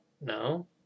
No